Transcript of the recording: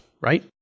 right